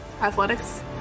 athletics